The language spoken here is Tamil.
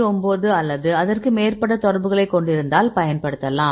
9 அல்லது அதற்கு மேற்பட்ட தொடர்புகளைக் கொண்டிருந்தால் பயன்படுத்தலாம்